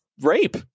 rape